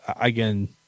Again